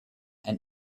and